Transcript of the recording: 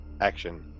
action